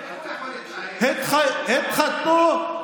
התחתנו,